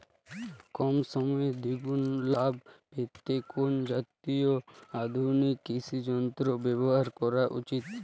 কম সময়ে দুগুন লাভ পেতে কোন জাতীয় আধুনিক কৃষি যন্ত্র ব্যবহার করা উচিৎ?